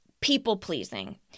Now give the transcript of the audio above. People-pleasing